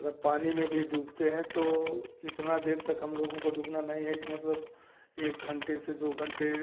अगर पानी में भी डूबते हैं तो इतना देर तक हम लोगों को डुबना नहीं है कि मतलब एक घंटे से दो घंटे